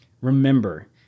Remember